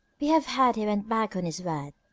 we have heard he went back on his word,